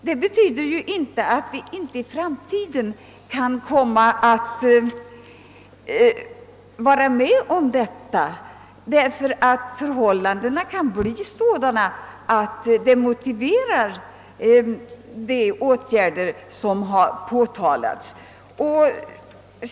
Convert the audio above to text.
Det betyder inte att naturvårdsverket och Landstingsförbundet inte i framtiden kommer att gå med på en lagstiftning. Förhållandena kan utvecklas på ett sådant sätt att angivna åtgärder blir motiverade.